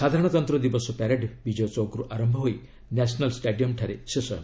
ସାଧାରଣତନ୍ତ୍ର ଦିବସ ପ୍ୟାରେଡ୍ ବିଜୟ ଚୌକ୍ରୁ ଆରମ୍ଭ ହୋଇ ନ୍ୟାସନାଲ୍ ଷ୍ଟାଡିୟମ୍ଠାରେ ଶେଷ ହେବ